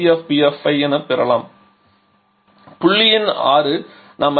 புள்ளி எண் 6 நாம் அறிந்தப் படி P6 0